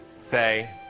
Say